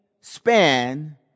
span